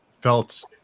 felt